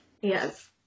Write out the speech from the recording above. yes